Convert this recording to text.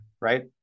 right